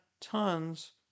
tons